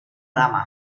dama